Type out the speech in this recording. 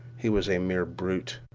he was a mere brute.